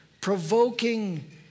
provoking